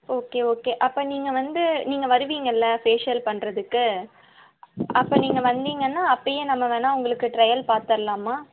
okay okay அப்போ நீங்கள் வந்து நீங்கள் வருவீங்கள்லே ஃபேஷியல் பண்ணுறதுக்கு அப்போ நீங்கள் வந்திங்கன்னால் அப்போயே நம்ம வேணால் உங்களுக்கு ட்ரெயல் பார்த்துர்லாம்மா